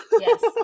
Yes